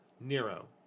Nero